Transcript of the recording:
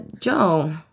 Joe